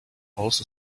also